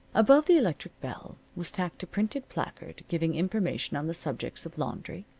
above the electric bell was tacked a printed placard giving information on the subjects of laundry,